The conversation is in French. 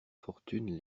fortune